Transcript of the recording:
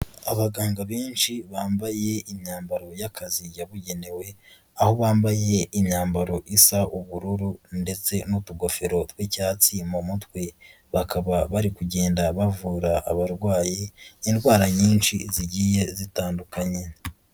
Abaganga benshi bambaye imyambaro y'akazi yabugenewe, aho bambaye imyambaro isa ubururu ndetse n'utugofero tw'icyatsi mu mutwe, bakaba bari kugenda bavura abarwayi, indwara nyinshi zigiye zitandukanye.